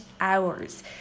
hours